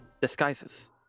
disguises